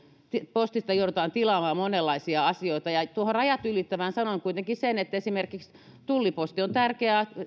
postista joudutaan tilaamaan monenlaisia asioita tuosta rajat ylittävästä sanon kuitenkin sen että esimerkiksi tulliposti on tärkeä